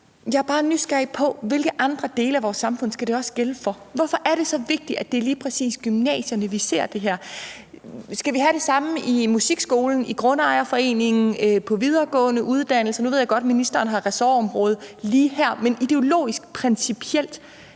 Jeg er bare nysgerrig på, hvilke andre dele af vores samfund det også skal gælde for. Hvorfor er det så vigtigt, at det lige præcis er gymnasierne, vi skal det her på? Skal vi have det samme i musikskolen, i grundejerforeningen, på videregående uddannelser? Nu ved jeg godt, at ministeren har sit ressortområde lige her, men gælder det